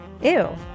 Ew